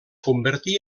convertí